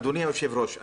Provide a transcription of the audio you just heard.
אדוני היושב-ראש,